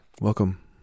welcome